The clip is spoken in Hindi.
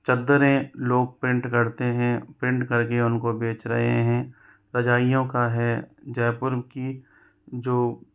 चादरें लोग प्रिंट करते हैं प्रिंट करके उनको बेच रहे हैं रजाइयों का है जयपुर की जो